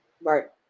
right